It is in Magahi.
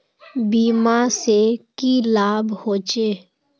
बीमा से की लाभ होचे?